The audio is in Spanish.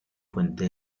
puente